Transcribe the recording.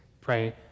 pray